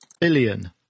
billion